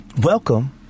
Welcome